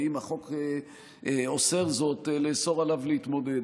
ואם החוק אוסר זאת, לאסור עליו להתמודד.